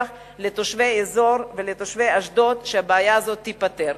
לתושבי האזור ולתושבי אשדוד שהבעיה הזאת תיפתר.